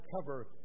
cover